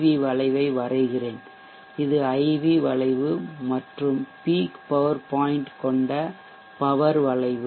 we வளைவை வரைகிறேன் இது IV வளைவு மற்றும் பீக் பவர் பாயிண்ட் கொண்ட பவர் வளைவு